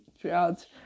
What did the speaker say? throughout